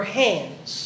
hands